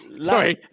sorry